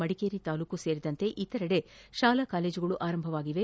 ಮಡಿಕೇರಿ ತಾಲೂಕು ಸೇರಿದಂತೆ ಇತರೆಡೆ ಶಾಲಾ ಕಾಲೇಜುಗಳು ಆರಂಭವಾಗಿವೆ